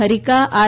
Harika R